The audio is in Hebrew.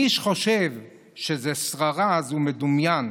מי שחושב שזה שררה אז הוא מדומיין,